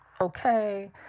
okay